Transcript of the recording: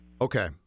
Okay